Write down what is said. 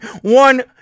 one